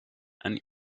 and